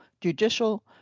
judicial